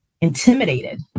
intimidated